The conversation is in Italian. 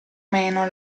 meno